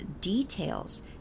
details